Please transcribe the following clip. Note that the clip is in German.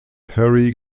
harry